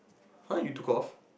!huh! you took off